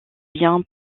bien